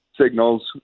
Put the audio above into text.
signals